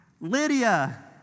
Lydia